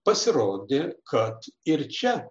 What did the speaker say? pasirodė kad ir čia